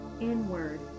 inward